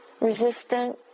resistant